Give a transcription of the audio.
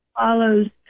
follows